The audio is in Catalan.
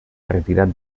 retirat